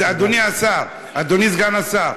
אדוני סגן השר,